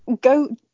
go